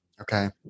Okay